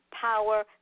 power